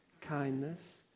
kindness